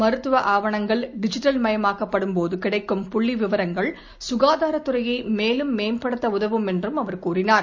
மருத்துவ ஆவணங்கள் டிஜிட்டல் மயமாக்கப்படும்போது கிடைக்கும் புள்ளி விவரங்கள் சுகாதாரத் துறையை மேலும் மேம்படுத்த உதவும் என்றும் அவர் கூறினார்